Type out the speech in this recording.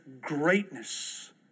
greatness